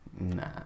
Nah